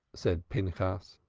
said pinchas,